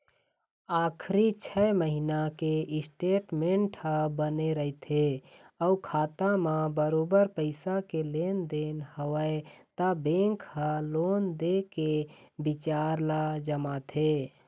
आखरी छै महिना के स्टेटमेंट ह बने रथे अउ खाता म बरोबर पइसा के लेन देन हवय त बेंक ह लोन दे के बिचार ल जमाथे